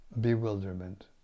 bewilderment